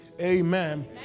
Amen